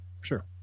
Sure